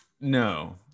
no